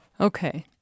okay